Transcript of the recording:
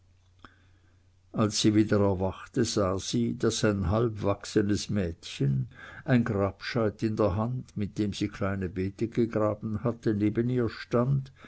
als sie wieder erwachte sah sie daß ein halbwachsenes mädchen ein grabscheit in der hand mit dem sie kleine beete gegraben hatte neben ihr stand